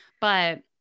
But-